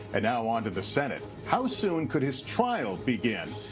and now on to the senate. how soon could his trial begin?